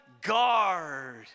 guard